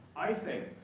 i think,